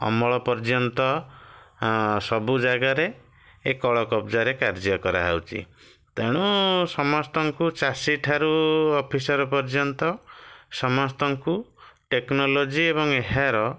ଅମଳ ପର୍ଯ୍ୟନ୍ତ ସବୁ ଜାଗାରେ ଏ କଳକବ୍ଜାରେ କାର୍ଯ୍ୟ କରାହେଉଛି ତେଣୁ ସମସ୍ତଙ୍କୁ ଚାଷୀଠାରୁ ଅଫିସର ପର୍ଯ୍ୟନ୍ତ ସମସ୍ତଙ୍କୁ ଟେକ୍ନୋଲୋଜି ଏବଂ ଏହାର